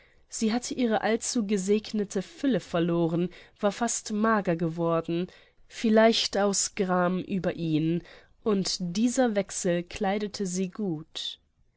sie hatte ihre allzu gesegnete fülle verloren war fast mager geworden vielleicht aus gram über ihn und dieser wechsel kleidete sie gut